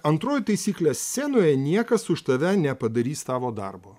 antroji taisyklė scenoje niekas už tave nepadarys tavo darbo